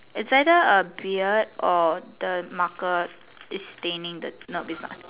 it's either a beard or the marker is staining the no be fun